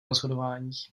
rozhodování